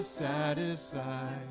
satisfied